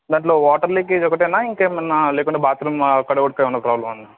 దాంట్లో water leakage ఒకటేనా ఇంకేమన్నా లేకపోతే బాత్రూం అక్కడ కుడక ఏమన్నా ప్రాబ్లం ఉందా